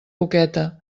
boqueta